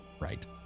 Right